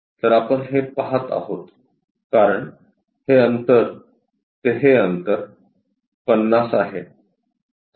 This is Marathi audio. तर आपण हे पहात आहोत कारण हे अंतर ते हे अंतर 50 आहे